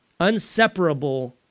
Unseparable